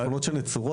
יש שכונות שנצורות.